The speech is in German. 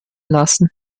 lassen